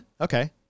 Okay